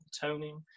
toning